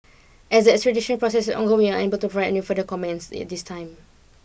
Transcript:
as the extradition process is ongoing unable to provide any further comments at this time